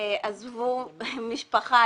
עזבו משפחה,